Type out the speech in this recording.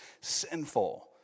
sinful